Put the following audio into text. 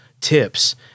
tips